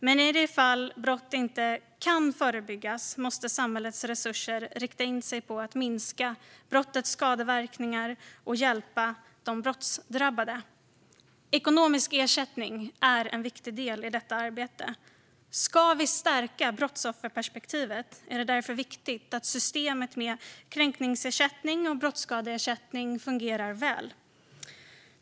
Men i de fall brott inte kan förebyggas måste samhällets resurser rikta in sig på att minska brottets skadeverkningar och att hjälpa de brottsdrabbade. Ekonomisk ersättning är en viktig del i detta arbete. Om vi ska stärka brottsofferperspektivet är det därför viktigt att systemen för kränkningsersättning och brottsskadeersättning fungerar väl.